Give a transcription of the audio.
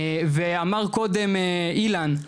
ואמר קודם אילן,